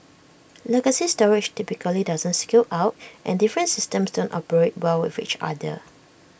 legacy storage typically doesn't scale out and different systems don't operate well with each other